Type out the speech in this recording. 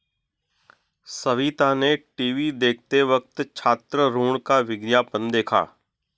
सविता ने टीवी देखते वक्त छात्र ऋण का विज्ञापन देखा